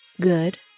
good